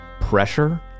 pressure